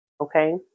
Okay